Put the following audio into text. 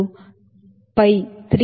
02 ಅನ್ನು ಪೈ 3